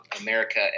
America